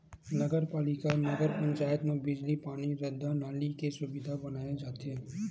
नगर पालिका, नगर पंचायत म बिजली, पानी, रद्दा, नाली के सुबिधा बनाए जाथे